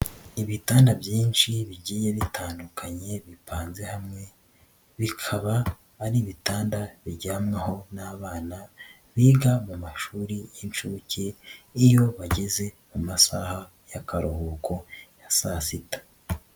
Ibitanda byinshi bigiye bitandukanye bipanze hamwe, bikaba ari ibitanda bijyamwaho n'abana biga mu mashuri y'inshuke, iyo bageze mu masaha y'akaruhuko ya saa sita.